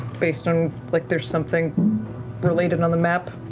based on like there's something related on the map?